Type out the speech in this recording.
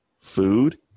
food